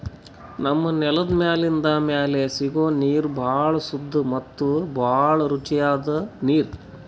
ನಮ್ಮ್ ನೆಲದ್ ಮ್ಯಾಲಿಂದ್ ಮ್ಯಾಲೆ ಸಿಗೋ ನೀರ್ ಭಾಳ್ ಸುದ್ದ ಮತ್ತ್ ಭಾಳ್ ರುಚಿಯಾದ್ ನೀರ್